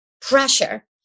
pressure